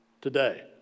today